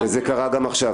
וזה קרה גם עכשיו.